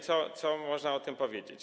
Co można o tym powiedzieć?